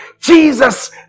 Jesus